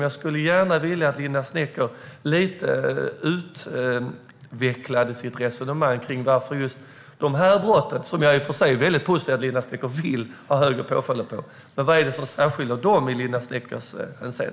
Jag är i och för sig väldigt positiv till att Linda Snecker vill se strängare påföljder för dessa brott, men jag skulle vilja att hon utvecklade sitt resonemang om vad som särskiljer just dem.